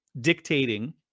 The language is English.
dictating